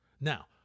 Now